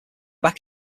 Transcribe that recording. back